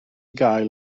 gael